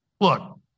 Look